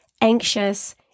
anxious